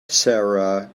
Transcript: sarah